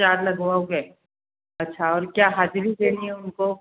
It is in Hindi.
चार लगवाओगे अच्छा और क्या हाज़री देनी है उनको